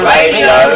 Radio